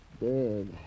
Dead